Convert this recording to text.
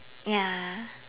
ya